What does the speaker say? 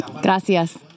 Gracias